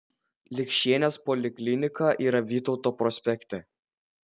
likšienės poliklinika yra vytauto prospekte